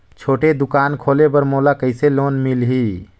छोटे दुकान खोले बर मोला कइसे लोन मिलही?